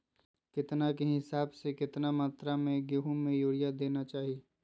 केतना के हिसाब से, कितना मात्रा में गेहूं में यूरिया देना चाही?